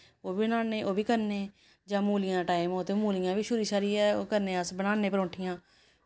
ओह् बी बनान्ने ओह् बी करने जां मूलियें दा टाइम होऐ ते मूलियां बी छूरी छारियै ओह् करने अस बनान्ने परौंठियां